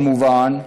כמובן,